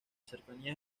cercanía